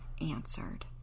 Answered